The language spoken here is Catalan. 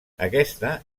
aquesta